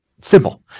Simple